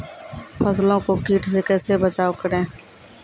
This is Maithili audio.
फसलों को कीट से कैसे बचाव करें?